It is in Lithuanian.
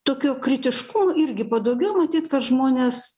tokio kritiškumo irgi padaugėjo matyt kad žmonės